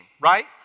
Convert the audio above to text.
right